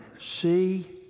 See